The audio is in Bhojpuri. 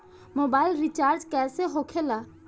मोबाइल रिचार्ज कैसे होखे ला?